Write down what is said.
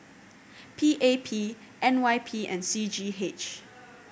P A P N Y P and C G H